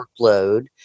workload